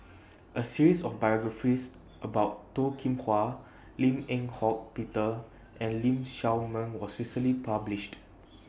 A series of biographies about Toh Kim Hwa Lim Eng Hock Peter and Lee Shao Meng was recently published